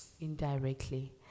indirectly